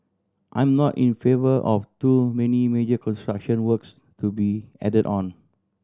I'm not in favour of too many major construction works to be added on